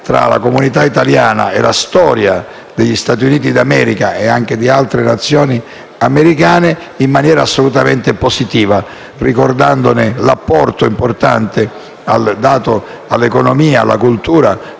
tra la comunità italiana e la storia degli Stati Uniti d'America e di altre Nazioni americane assolutamente positivo, ricordandone l'apporto importante dato alla loro economia, alla cultura